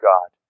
God